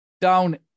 Down